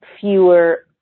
fewer